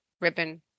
Ribbon